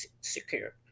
secure